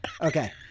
Okay